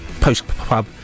post-pub